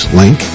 link